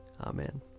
Amen